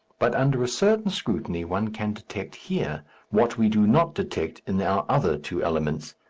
but under a certain scrutiny one can detect here what we do not detect in our other two elements,